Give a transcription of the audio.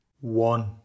one